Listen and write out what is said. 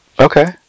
Okay